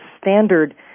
standard